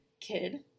kid